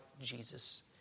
Jesus